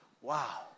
wow